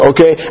Okay